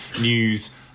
news